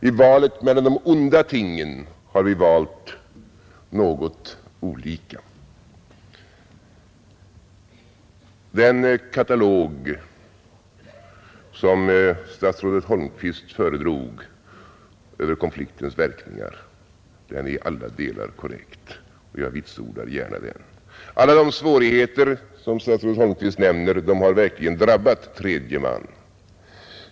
I valet mellan de onda tingen har vi valt något olika. Den katalog som statsrådet Holmqvist föredrog över konfliktens verkningar är i alla delar korrekt, och jag vitsordar gärna den. Alla de svårigheter som statsrådet Holmqvist nämner har verkligen drabbat tredje man.